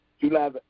July